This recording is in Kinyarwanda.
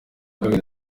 bibiri